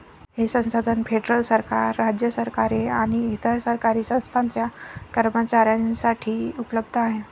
हे संसाधन फेडरल सरकार, राज्य सरकारे आणि इतर सरकारी संस्थांच्या कर्मचाऱ्यांसाठी उपलब्ध आहे